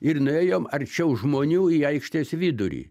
ir nuėjom arčiau žmonių į aikštės vidurį